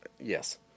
Yes